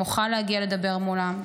אם אוכל להגיע לדבר מולם.